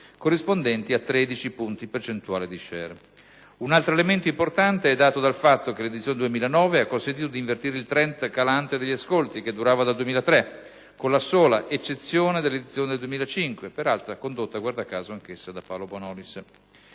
corrispondenti a 13 punti percentuali di *share*. Un altro elemento importante è dato dal fatto che l'edizione 2009 ha consentito di invertire il *trend* calante degli ascolti che durava dal 2003, con la sola eccezione dell'edizione del 2005 (peraltro condotta anch'essa da Paolo Bonolis).